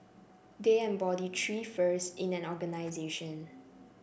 they embody three firsts in an organisation